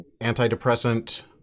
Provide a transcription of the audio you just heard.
antidepressant